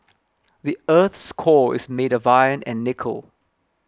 the earth's core is made of iron and nickel